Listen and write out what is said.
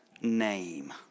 name